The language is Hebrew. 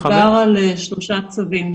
מדובר על שלושה צווים.